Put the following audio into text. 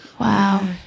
Wow